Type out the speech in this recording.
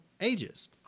Ages